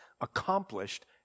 accomplished